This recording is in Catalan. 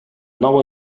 nou